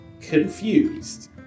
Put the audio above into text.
confused